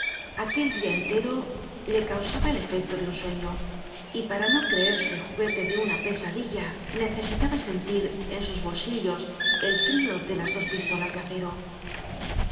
aquel dia entero le causaba el efecto de un sueño y para no creerse juguete de una pesadilla necesitaba sentir en sus bolsillos el frio de las dos pistolas de acero